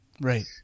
Right